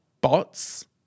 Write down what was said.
bots